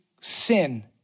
sin